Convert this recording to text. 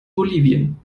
bolivien